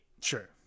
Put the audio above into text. Sure